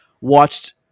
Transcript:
watched